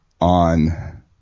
on